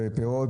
בפירות,